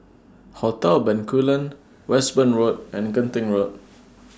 Hotel Bencoolen Westbourne Road and Genting Road